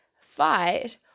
fight